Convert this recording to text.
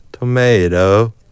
Tomato